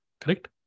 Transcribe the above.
Correct